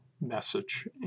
message